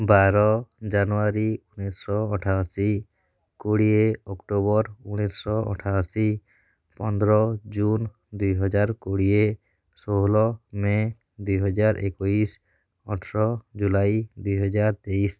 ବାର ଜାନୁୟାରୀ ଉଣେଇଶି ଶହ ଅଠାଅଶୀ କୋଡ଼ିଏ ଅକ୍ଟୋବର ଉଣେଇଶି ଶହ ଅଠାଅଶୀ ପନ୍ଦର ଜୁନ୍ ଦୁଇ ହଜାର କୋଡ଼ିଏ ଷୋହଳ ମେ ଦୁଇ ହଜାର ଏକୋଇଶି ଅଠର ଜୁଲାଇ ଦୁଇ ହଜାର ତେଇଶି